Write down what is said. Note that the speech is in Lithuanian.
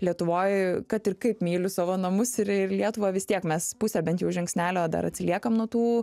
lietuvoj kad ir kaip myliu savo namus ir ir lietuvą vis tiek mes pusė bent jau žingsnelio dar atsiliekam nuo tų